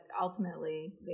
ultimately